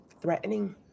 threatening